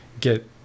get